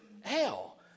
hell